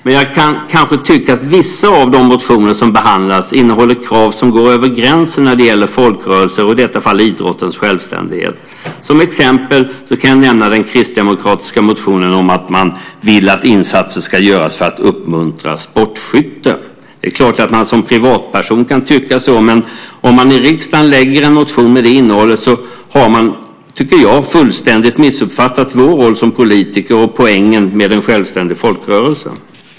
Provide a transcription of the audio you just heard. Men jag kan tycka att vissa av de motioner som behandlas innehåller krav som går över gränsen när det gäller folkrörelser och i detta fall idrottens självständighet. Som exempel kan jag nämna den kristdemokratiska motionen där man vill att insatser ska göras för att uppmuntra sportskytte. Det är klart att man som privatperson kan tycka så, men om man i riksdagen skriver en motion med det innehållet har man, tycker jag, fullständigt missuppfattat vår roll som politiker och poängen med en självständig folkrörelse.